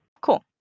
Cool